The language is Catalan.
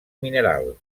mineral